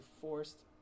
forced